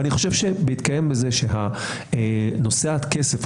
ואני חושב שבהתקיים זה שנושא הכסף,